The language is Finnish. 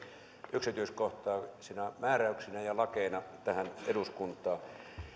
yksityiskohtaisina määräyksinä ja lakeina tähän eduskuntaan